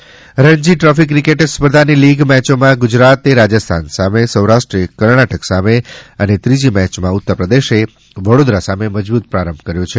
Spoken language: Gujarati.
રણજી રણજી ટ્રોફી ક્રિકેટ સ્પર્ધાની લીગ મેચોમાં ગુજરાતે રાજસ્થાન સામે સૌરાષ્ટ્રે કર્ણાટક સામે ત્રીજી મેચમાં ઉત્તરપ્રદેશે વડોદરા સામે મજબૂત પ્રારંભ કર્યો છે